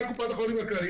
קופת חולים כללית,